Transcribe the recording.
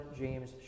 James